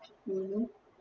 mmhmm